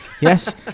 Yes